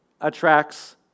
attracts